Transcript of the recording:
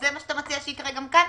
זה מה שאתה מציע שיקרה גם כאן?